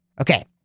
Okay